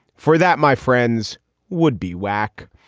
for that, my friends would be whack.